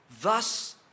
Thus